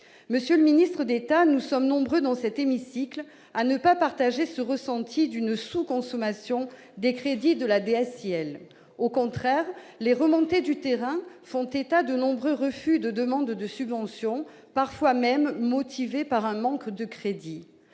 Monsieur le ministre d'État, nous sommes nombreux dans cet hémicycle à ne pas partager ce ressenti d'une sous-consommation des crédits de la DSIL. Au contraire, les remontées du terrain font état de nombreux refus de demandes de subvention, parfois même motivés par un manque de crédits.